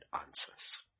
answers